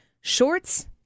shorts